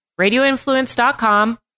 RadioInfluence.com